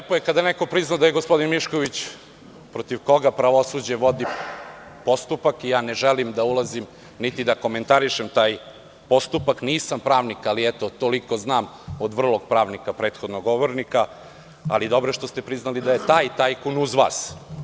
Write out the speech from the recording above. Lepo je kada neko prizna da je gospodin Mišković, protiv koga pravosuđe vodi postupak, ne želim da ulazim niti da komentarišem taj postupak, nisam pravnik, ali toliko znam od vrlog pravnika, prethodnog govornika, ali dobro je što ste priznali da je taj tajkun uz vas.